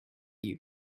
you